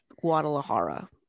Guadalajara